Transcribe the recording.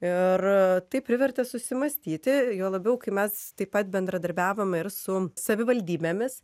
ir tai privertė susimąstyti juo labiau kai mes taip pat bendradarbiavome ir su savivaldybėmis